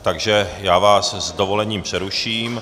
Takže vás s dovolením přeruším.